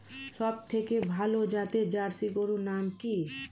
সবথেকে ভালো জাতের জার্সি গরুর নাম কি?